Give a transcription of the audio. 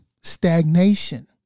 stagnation